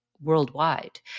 worldwide